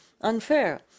unfair